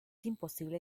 imposible